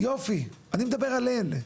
יופי, אני מדבר על אלה,